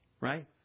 right